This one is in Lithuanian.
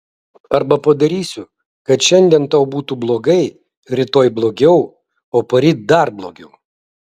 arba padarysiu kad šiandien tau būtų blogai rytoj blogiau o poryt dar blogiau